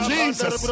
Jesus